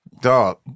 Dog